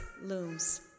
looms